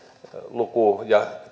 luku ja